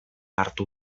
hartu